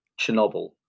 Chernobyl